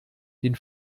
den